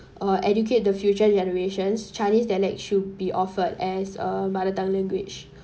uh educate the future generations chinese dialect should be offered as a mother tongue language